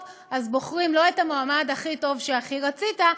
בוחרים לא את המועמד הכי טוב שהכי רצית,